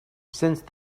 since